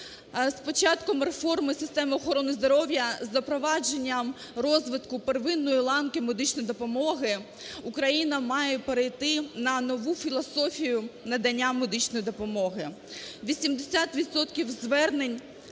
початком реформи системи охорони здоров'я, із запровадженням розвитку первинної ланки медичної допомоги Україна має перейти на нову філософію надання медичної допомоги.